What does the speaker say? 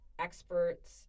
experts